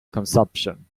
consumption